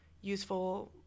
useful